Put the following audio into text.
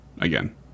again